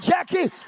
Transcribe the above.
Jackie